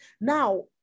Now